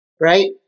Right